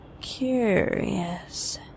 Curious